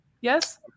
Yes